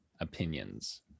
opinions